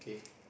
okay